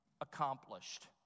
accomplished